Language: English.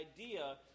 idea